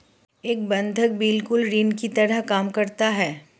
एक बंधक बिल्कुल ऋण की तरह काम करता है